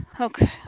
Okay